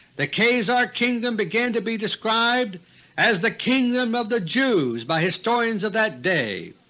the khazar kingdom began to be described as the kingdom of the jews by historians of that day.